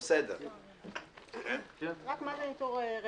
רק מה זה ניטור רקע.